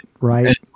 right